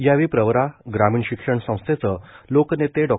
यावेळी प्रवरा ग्रामीण शिक्षण संस्थेचं लोकनेते डॉ